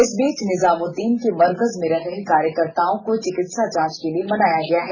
इस बीच निजामुद्दीन के मरकज में रह रहे कार्यकर्ताओं को चिकित्सा जांच के लिए मनाया गया है